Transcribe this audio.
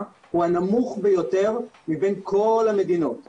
היא לא מאפיינת רק את ישראל,